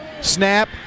snap